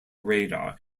radar